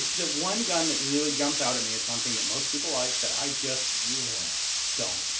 the one gun that really jumps out at me is something that most people like that i just don't.